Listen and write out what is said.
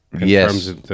Yes